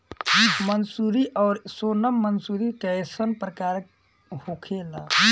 मंसूरी और सोनम मंसूरी कैसन प्रकार होखे ला?